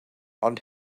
ond